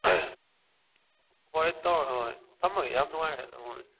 ꯍꯣꯏ ꯇꯥꯃꯣ ꯑꯍꯣꯏ ꯊꯝꯃꯒꯦ ꯌꯥꯝ ꯅꯨꯡꯉꯥꯏꯔꯦ ꯇꯥꯃꯣ ꯑꯗꯨꯗꯤ